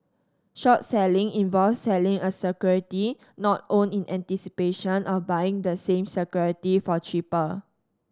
short selling involves selling a security not owned in anticipation of buying the same security for cheaper